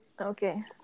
okay